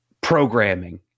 programming